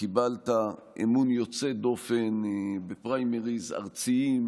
קיבלת אמון יוצא דופן בפריימריז ארציים,